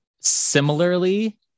Similarly